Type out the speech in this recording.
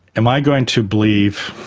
am i going to believe